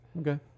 Okay